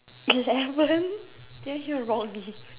eleven did I hear wrongly